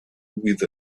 with